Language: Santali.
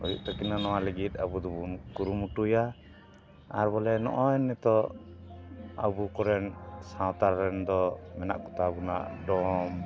ᱦᱩᱭᱩᱜ ᱛᱟᱹᱠᱤᱱᱟ ᱱᱚᱣᱟ ᱞᱟᱹᱜᱤᱫ ᱟᱵᱚ ᱫᱚᱵᱚᱱ ᱠᱩᱨᱩᱢᱩᱴᱩᱭᱟ ᱟᱨ ᱵᱚᱞᱮ ᱱᱚᱜᱼᱚᱭ ᱱᱤᱛᱚᱜ ᱟᱵᱚ ᱠᱚᱨᱮᱱ ᱥᱟᱶᱛᱟ ᱨᱮᱱ ᱫᱚ ᱢᱮᱱᱟᱜ ᱠᱚᱛᱟ ᱵᱚᱱᱟ ᱰᱚᱢ